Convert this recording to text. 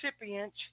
recipient